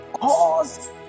cause